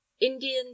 indian